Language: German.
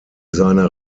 seiner